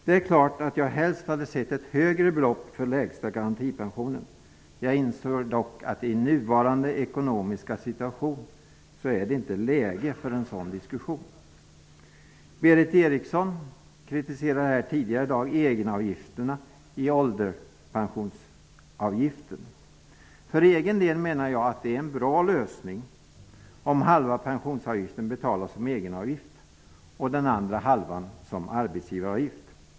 Det är klart att jag helst hade sett ett högre belopp för lägsta garantipension. Jag inser dock att i nuvarande ekonomiska situation är det inte läge för en sådan diskussion. Berith Eriksson kritiserade tidigare i dag egenavgifterna i ålderspensionssystemet. För egen del menar jag att det är en bra lösning om halva ålderspensionsavgiften betalas som egenavgift och den andra halvan som arbetsgivaravgift.